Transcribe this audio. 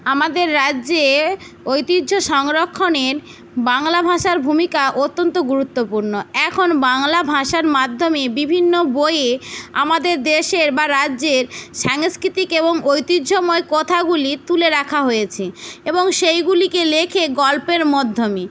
আমাদের রাজ্যে ঐতিহ্য সংরক্ষণে বাংলা ভাষার ভূমিকা অত্যন্ত গুরুত্বপূর্ণ এখন বাংলা ভাষার মাধ্যমে বিভিন্ন বইয়ে আমাদের দেশের বা রাজ্যের সাংস্কৃতিক এবং ঐতিহ্যময় কথাগুলি তুলে রাখা হয়েছে এবং সেইগুলিকে লেখে গল্পের মাধ্যমে